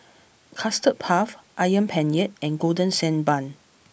Custard Puff Ayam Penyet and Golden Sand Bun